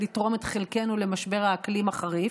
לתרום את חלקנו למשבר האקלים החריף.